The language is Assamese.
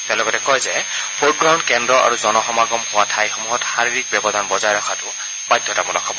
তেওঁ লগতে কয় যে ভোটগ্ৰহণ কেন্দ্ৰ আৰু জনসমাগম হোৱা ঠাইসমূহত শাৰীৰিক ব্যৱধান বজাই ৰখাটো বাধ্যতামূলক হব